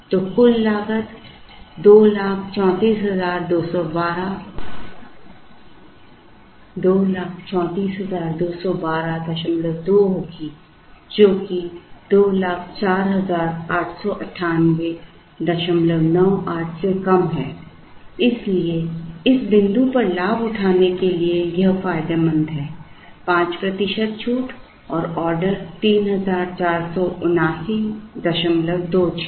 तो कुल लागत 20342122 होगी जो कि 20489898 से कम है इसलिए इस बिंदु पर लाभ उठाने के लिए यह फायदेमंद है 5 प्रतिशत छूट और ऑर्डर 347926